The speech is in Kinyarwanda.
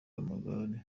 y’amagare